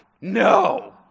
No